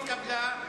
התקבלו.